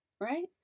right